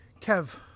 Kev